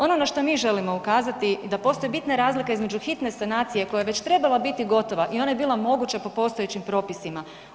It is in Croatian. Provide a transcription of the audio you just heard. Ono na šta mi želimo ukazati da postoji bitna razlika između hitne sanacije koja je već trebala biti gotova i ona je bila moguća po postojećim propisima.